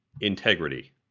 Integrity